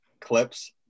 clips